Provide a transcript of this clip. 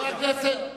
חבר הכנסת בן-ארי.